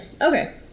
Okay